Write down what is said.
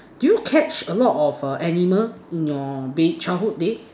did you catch a lot of err animal in your been childhood day